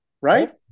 Right